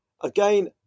Again